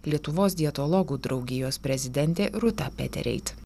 lietuvos dietologų draugijos prezidentė rūta petereit